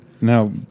now